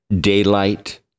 daylight